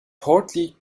partly